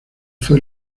fue